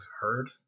heard